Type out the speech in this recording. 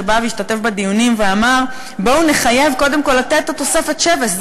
שבא והשתתף בדיונים ואמר: בואו נחייב קודם כול לתת את תוספת שבס.